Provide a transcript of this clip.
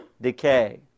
decay